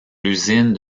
l’usine